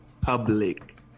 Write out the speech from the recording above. public